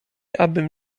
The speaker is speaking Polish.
abym